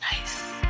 Nice